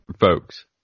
Folks